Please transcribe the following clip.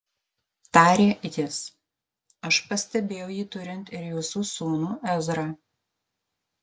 tarė jis aš pastebėjau jį turint ir jūsų sūnų ezrą